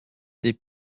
des